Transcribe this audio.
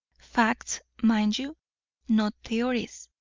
facts, mind you not theories.